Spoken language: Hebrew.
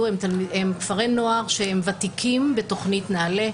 הם כפרי נוער ותיקים בתכנית נעל"ה,